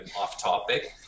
off-topic